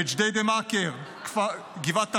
בג'דיידה-מכר, גבעת טנטור,